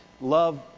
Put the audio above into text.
Love